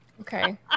okay